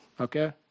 Okay